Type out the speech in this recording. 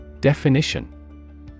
Definition